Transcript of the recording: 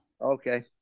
Okay